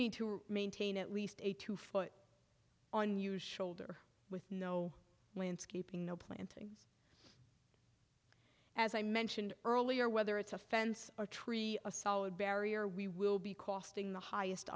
need to maintain at least a two foot on your shoulder with no landscaping no planting as i mentioned earlier whether it's a fence or tree a solid barrier we will be costing the highest